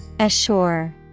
Assure